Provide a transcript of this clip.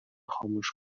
خاموش